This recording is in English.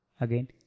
Again